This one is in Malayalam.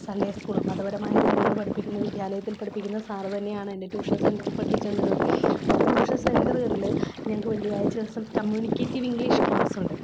സൺഡേ സ്കൂള് മതപരമായ കാര്യങ്ങൾ പഠിപ്പിക്കുന്ന വിദ്യാലയത്തിൽ പഠിപ്പിക്കുന്ന സാറു തന്നെയാണ് എൻ്റെ ടൂഷൻ സെൻറ്ററിൽ പഠിപ്പിച്ചുകൊണ്ടിരുന്നത് അപ്പോൾ ടൂഷൻ സെൻറ്ററുകളിൽ ഞങ്ങൾക്ക് വെള്ളിയാഴ്ച ദിവസം കമ്മൂണിക്കേറ്റീവ് ഇംഗ്ലീഷ് ക്ലാസ്സുണ്ട്